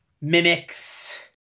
mimics